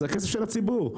בכסף של הציבור.